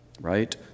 right